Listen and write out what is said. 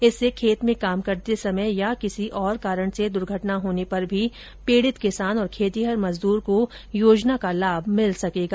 इससे खेत में काम करते समय या किसी और कारण से द्र्घटना होने पर भी पीड़ित किसान और खेतीहर मजदूर को योजना का लाभ मिल सकेगा